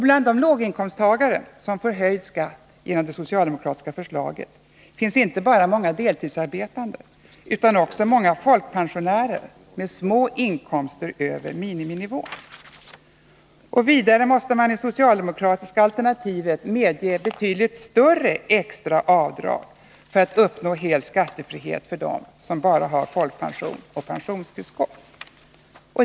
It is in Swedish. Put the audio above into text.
Bland de låginkomsttagare som får höjd skatt genom det socialdemokratiska förslaget finns inte bara många deltidsarbetande utan också många folkpensionärer med små inkomster över miniminivån. Vidare måste man i det socialdemokratiska alternativet medge betydligt större extra avdrag för att uppnå hel skattefrihet för dem som bara har folkpension och pensionstillskott.